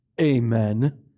Amen